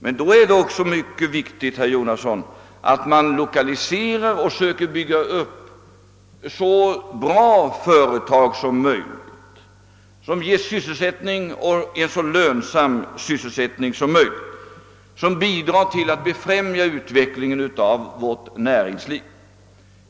Det är emellertid då också, herr Jonasson, av vikt att man till de aktuella orterna lokaliserar och där försöker bygga upp så bra företag som möjligt, som ger sysselsättning, och även en så lönsam sådan som möjligt, varigenom de bidrar till att befrämja utvecklingen av vårt näringsliv.